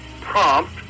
prompt